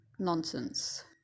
nonsense